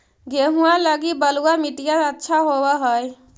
गेहुआ लगी बलुआ मिट्टियां अच्छा होव हैं?